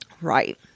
right